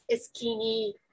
skinny